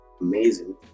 amazing